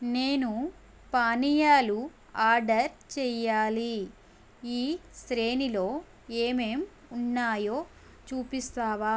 నేను పానీయాలు ఆర్డర్ చెయ్యాలి ఈ శ్రేణిలో ఏమేం ఉన్నాయో చూపిస్తావా